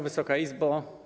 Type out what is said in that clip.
Wysoka Izbo!